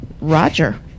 Roger